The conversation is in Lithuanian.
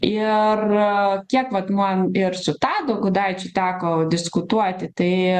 ir kiek vat man ir su tadu gudaičiu teko diskutuoti tai